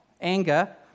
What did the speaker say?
anger